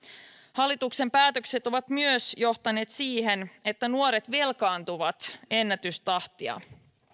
hallituksen päätökset ovat myös johtaneet siihen että nuoret velkaantuvat ennätystahtia